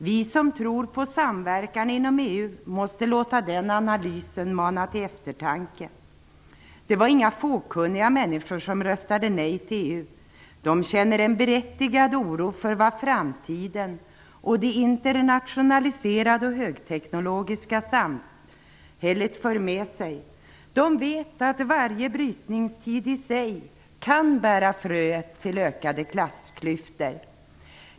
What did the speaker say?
Vi som tror på samverkan inom EU måste låta den analysen leda till eftertanke. De som röstade nej till EU var inte fåkunniga. De känner en berättigad oro för vad framtiden och det internationaliserade och högteknologiska samhället för med sig. De vet att varje brytningstid i sig kan bära fröet till ökade klassklyftor.